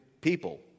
people